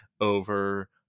over